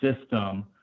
system